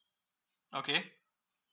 okay